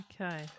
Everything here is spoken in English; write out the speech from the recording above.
Okay